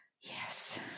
Yes